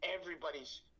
everybody's